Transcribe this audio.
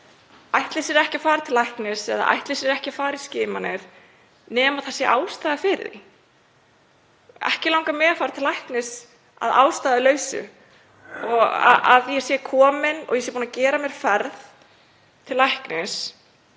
ætli sér ekki að fara til læknis eða ætli sér ekki að fara í skimanir nema ástæða sé fyrir því. Ekki langar mig að fara til læknis að ástæðulausu. Það að ég sé komin og ég sé búin að gera mér ferð til læknis